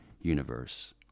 universe